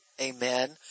Amen